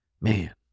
Man